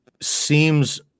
seems –